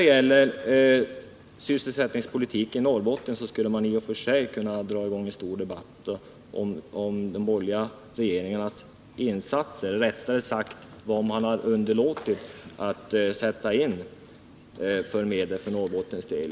Beträffande sysselsättningspolitiken i Norrbotten skulle man i och för sig kunna dra i gång en stor debatt om de borgerliga regeringarnas insatser eller rättare sagt de insatser som de har underlåtit att sätta in för Norrbottens del.